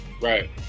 Right